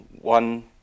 one